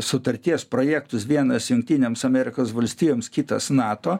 sutarties projektus vienas jungtinėms amerikos valstijoms kitas nato